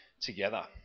together